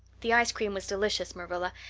the ice cream was delicious, marilla,